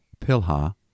Pilha